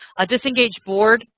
a disengaged board,